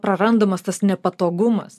prarandamas tas nepatogumas